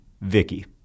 Vicky